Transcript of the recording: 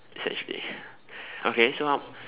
essentially okay so how